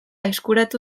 eskuratu